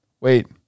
wait